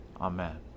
Amen